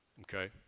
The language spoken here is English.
Okay